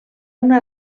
una